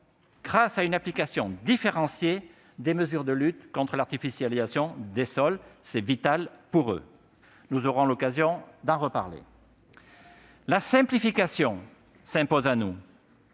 grâce à une application différenciée des mesures de lutte contre l'artificialisation des sols. C'est vital pour eux ! Nous aurons l'occasion d'en reparler. La simplification s'impose aussi